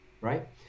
Right